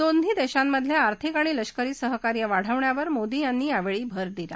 दोन्ही दक्तीमधलआर्थिक आणि लष्करी सहकार्य वाढवण्यावर मोदी यांनी यावछी भर दिला